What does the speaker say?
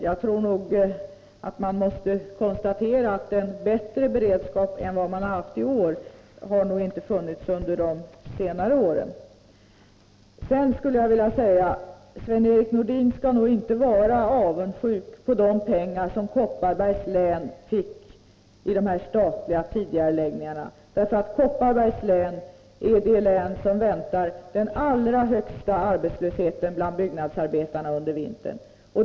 Jag tror nog att man måste konstatera att en bättre beredskap än den vi haft i år har nog inte funnits under senare år. Sedan skulle jag vilja säga att Sven-Erik Nordin nog inte skall vara avundsjuk på de pengar som Kopparbergs län fick genom dessa statliga tidigareläggningar. Kopparbergs län är det län som väntar den allra högsta arbetslösheten bland byggnadsarbetarna under vintern.